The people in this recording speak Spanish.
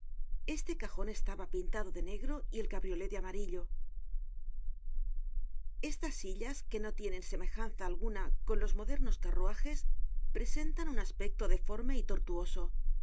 este cajon estaba pintado de negro y el cabriolé de amarillo estas sillas que no tienen semejanza alguna con los modernos carruajes presentaban un aspecto deforme y tortuoso